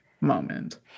moment